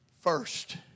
first